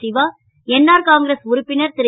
Siva NR Congress உறுப்பினர் ரு